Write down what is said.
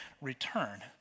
return